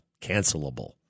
Cancelable